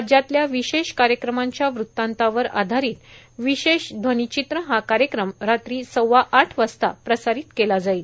राज्यातल्या विशेष कार्यक्रमांच्या वृत्तांतावर आधारित विशेष ध्वनिचित्र हा कार्यक्रम रात्री सव्वाआठ वाजता प्रसारित केला जाईल